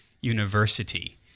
University